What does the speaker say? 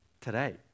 today